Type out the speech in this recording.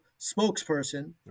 spokesperson